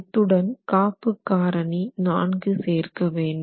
இத்துடன் காப்பு காரணி 4 சேர்க்க வேண்டும்